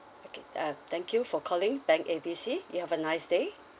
okay uh thank you for calling bank A B C you have a nice day